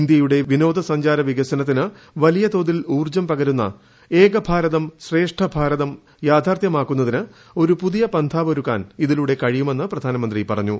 ഇന്ത്യയുടെ വിനോദ സഞ്ചാരവികസനത്തിന് വലിയ തോതിൽ ഊർജ്ജം പകരുന്ന ഏക ഭാരതം ശ്രേഷ്ട ഭരതം യാഥാർത്ഥ്യമാക്കുന്നതിന് ഒരു പുതിയ പന്ഥാവ് ഒരുക്കാൻ ഇതിലൂടെ കഴിയൂർമ്മ്ന്ന് പ്രധാനമന്ത്രി പറഞ്ഞു